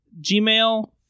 Gmail